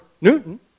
Newton